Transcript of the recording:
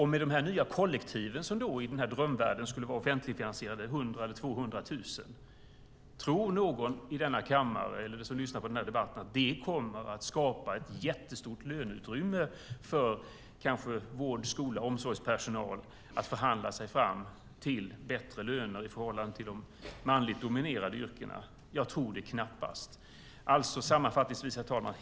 Med de nya kollektiven, som i den här drömvärlden skulle vara offentligfinansierade, 100 000 eller 200 000, tror någon i denna kammare eller som lyssnar på debatten att de kommer att skapa ett stort och bättre löneutrymme för vård-, skol eller omsorgspersonal att förhandla sig till i förhållande till de manligt dominerade yrkena? Jag tror det knappast. Herr talman!